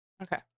Okay